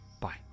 Bye